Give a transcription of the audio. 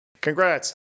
Congrats